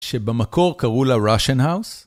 שבמקור קראו לה ראשן האוס?